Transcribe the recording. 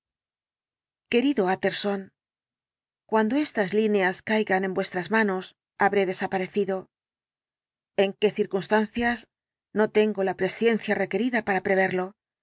querido utterson cuando estas líneas caigan en vuestras manos habré desaparecido en qué circunstancias no tengo la presciencia requerida para preverlo